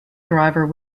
driver